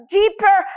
deeper